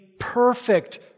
perfect